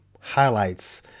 highlights